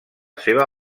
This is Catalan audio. seva